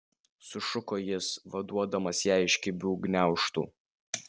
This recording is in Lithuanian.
sušuko jis vaduodamas ją iš kibių gniaužtų